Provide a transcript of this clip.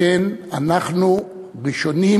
שכן אנחנו ראשונים.